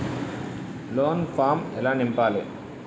Loan form ఎలా నింపాలి?